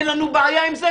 אין לנו בעיה עם זה,